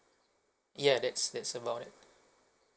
yeah that's that's about it